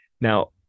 Now